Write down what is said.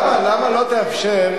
הנה הוא הגיע.